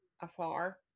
afar